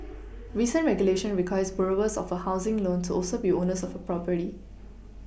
recent regulation requires borrowers of a housing loan to also be owners of a property